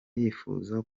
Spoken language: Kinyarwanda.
yifuza